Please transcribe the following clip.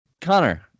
Connor